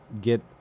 get